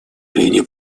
арене